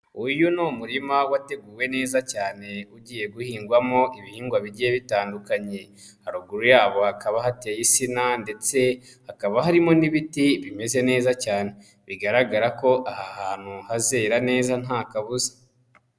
Uyu ni umurima wateguwe neza cyane ugiye guhingwamo ibihingwa bigiye bitandukanye, haruguru yabo hakaba hateye insina ndetse hakaba harimo n'ibiti bimeze neza cyane, bigaragara ko aha hantu hazera neza nta kabuza.